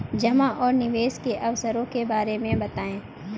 जमा और निवेश के अवसरों के बारे में बताएँ?